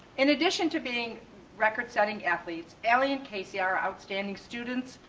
in addition to being record setting athletes, ellie and casey, are outstanding students,